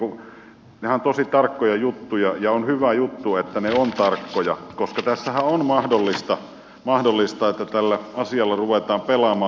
nehän ovat tosi tarkkoja juttuja ja on hyvä juttu että ne ovat tarkkoja koska tässähän on mahdollista että tällä asialla ruvetaan pelaamaan